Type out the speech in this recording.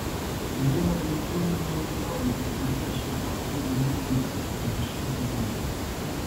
kalėjimo pareigūnai nurodė kad pradėtas šio kalinio ūmios mirties priežasčių tyrimas